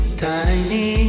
tiny